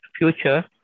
future